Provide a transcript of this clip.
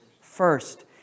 First